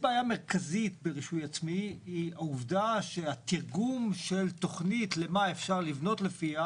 מרכזית ברישוי עצמי והיא העובדה שהתרגום של תכנית למה אפשר לבנות לפיה,